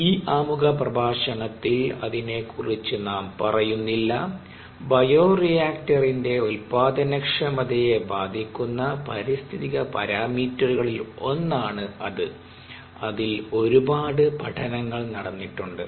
ഈ ആമുഖ പ്രഭാഷണത്തിൽ അതിനെ കുറിച്ച് നാം പറയുന്നില്ല ബയോറിയാക്റ്ററിന്റെ ഉൽപ്പാദനക്ഷമതയെ ബാധിക്കുന്ന പരിസ്ഥിതിക പാരാമീറ്ററുകളിൽ ഒന്നാണ് അത് അതിൽ ഒരുപാട് പഠനങ്ങൾ നടന്നിട്ടുണ്ട്